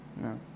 No